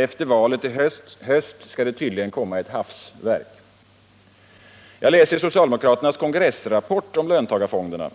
Efter valet i höst skall det tydligen komma ett hafsverk. Jag läser i socialdemokraternas kongressrapport om löntagarfonderna